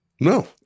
No